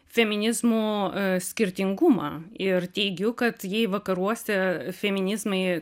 feminizmo skirtingumą ir teigiu kad jei vakaruose feminizmai